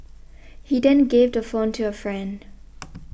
he then gave the phone to a friend